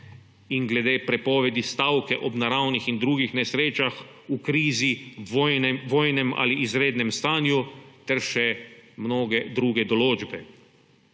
in glede prepovedi stavke ob naravnih in drugih nesrečah, v krizi, vojnem ali izrednem stanju ter še mnoge druge določbe.